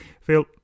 phil